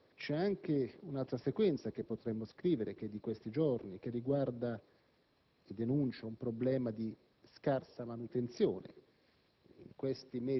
Ma c'è anche un'altra sequenza che potremmo scrivere, di questi giorni, che denuncia un problema di scarsa manutenzione.